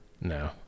No